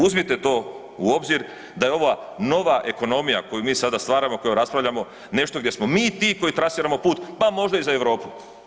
Uzmite to u obzir da je ova nova ekonomija koju mi sada stvaramo o kojoj raspravljamo gdje smo mi ti koji trasiramo put pa možda i za Europu.